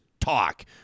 talk